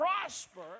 prosper